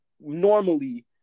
Normally